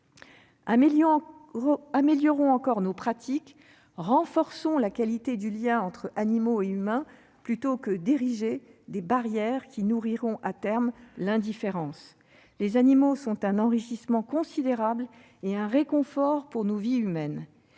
Améliorons encore nos pratiques, renforçons la qualité du lien entre animaux et humains, au lieu d'ériger des barrières qui nourriront à terme l'indifférence. Les animaux sont un enrichissement considérable et un réconfort pour nos vies humaines.